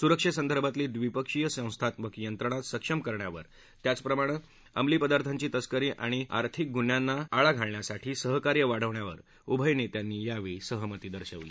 सुरक्षस्तिर्भातली द्विपक्षीय संस्थात्मक यंत्रणा सक्षम करण्यावर त्याचप्रमाणक्रिमली पदार्थांची तस्करी आणि आर्थिक गुन्ह्यांना आळा घालण्यासाठी सहकार्य वाढवण्यावर उभय नख्यिंची यावळी सहमती झाली